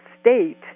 state